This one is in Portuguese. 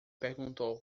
perguntou